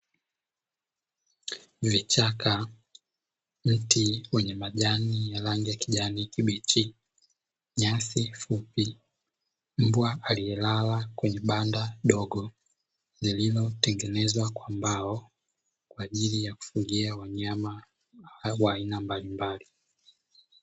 Vichaka, mti wenye majani ya rangi ya kijani kibichi, nyasi fupi, mbwa aliyelala kwenye banda dogo lililotengenezwa kwa mbao Kwa ajili ya kufungia wanyama wa aina mbalimbali.